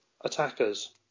attackers